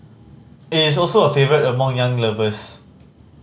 it is also a favourite among young lovers